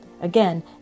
Again